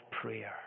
prayer